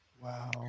Wow